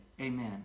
amen